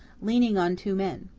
leaning on two men.